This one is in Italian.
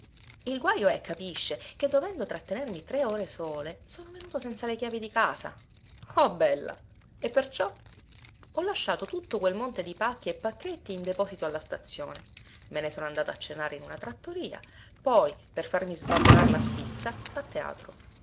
il guajo è capisce che dovendo trattenermi tre ore sole sono venuto senza le chiavi di casa oh bella e perciò ho lasciato tutto quel monte di pacchi e pacchetti in deposito alla stazione me ne sono andato a cenare in una trattoria poi per farmi svaporar la stizza a teatro